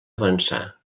avançar